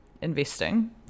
investing